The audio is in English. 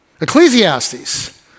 Ecclesiastes